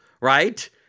Right